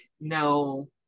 no